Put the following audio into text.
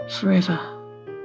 forever